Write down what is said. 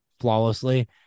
flawlessly